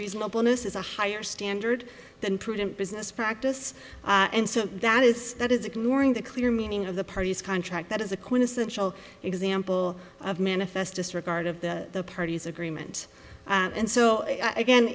reasonableness is a higher standard than prudent business practice and so that is that is ignoring the clear meaning of the parties contract that is a quintessential example of manifest disregard of the parties agreement and so again